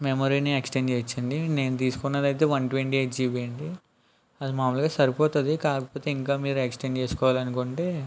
మెమొరీని extend చేయవచ్చు అండి నేను తీసుకున్నది అయితే వన్ ట్వంటీ ఎయిట్ జిబి అండి అది మామూలుగా సరిపోతుంది కాకపోతే ఇంకా మీరు ఎక్స్టెండ్ చేసుకోవాలి అనుకుంటే